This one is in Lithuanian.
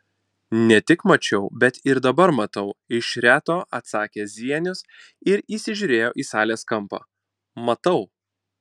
ne tik mačiau bet ir dabar matau iš reto atsakė zienius ir įsižiūrėjo į salės kampą matau